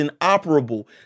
inoperable